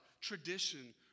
tradition